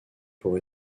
pour